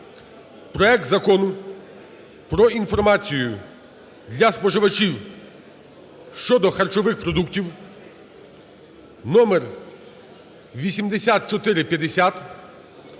проект Закону про інформацію для споживачів щодо харчових продуктів (номер 8450)